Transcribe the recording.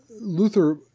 Luther